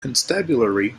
constabulary